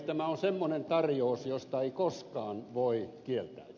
tämä on semmoinen tarjous josta ei koskaan voi kieltäytyä